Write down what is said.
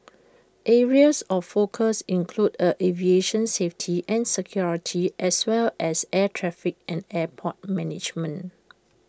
areas of focus include aviation safety and security as well as air traffic and airport management